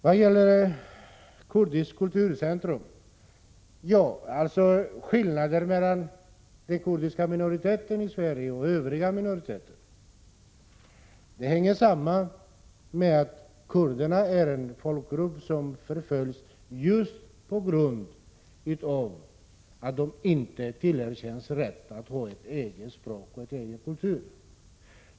Vad gäller ett kurdiskt kulturcentrum: Skillnaden mellan den kurdiska minoriteten i Sverige och övriga minoriteter hänger samman med att kurderna är en folkgrupp som förföljs just på grund av att de inte tillerkänns rätten att ha ett eget språk och en egen kultur.